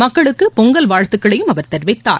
மக்களுக்கு பொங்கல் வாழ்த்துக்களையும் தெரிவித்தார்